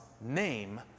name